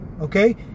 okay